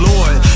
Lord